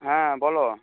হ্যাঁ বলো